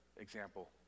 example